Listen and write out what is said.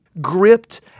gripped